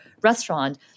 restaurant